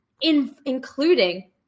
including